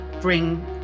bring